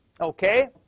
Okay